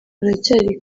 haracyari